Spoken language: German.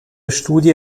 studie